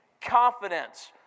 confidence